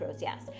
yes